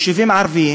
יישובים ערביים,